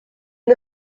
the